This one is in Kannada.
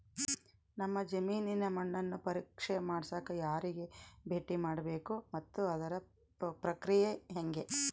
ನಮ್ಮ ಜಮೇನಿನ ಮಣ್ಣನ್ನು ಪರೇಕ್ಷೆ ಮಾಡ್ಸಕ ಯಾರಿಗೆ ಭೇಟಿ ಮಾಡಬೇಕು ಮತ್ತು ಅದರ ಪ್ರಕ್ರಿಯೆ ಹೆಂಗೆ?